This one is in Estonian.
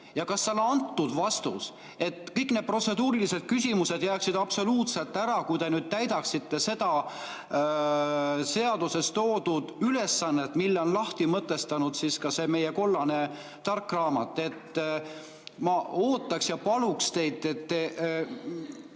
ja kas vastus on antud. Kõik need protseduurilised küsimused jääksid absoluutselt ära, kui te täidaksite seda seaduses toodud ülesannet, mille on lahti mõtestanud ka see meie kollane tark raamat. Ma ootaksin ja paluksin teid, et